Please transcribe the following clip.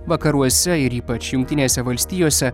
vakaruose ir ypač jungtinėse valstijose